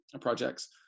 projects